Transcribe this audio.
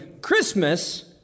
Christmas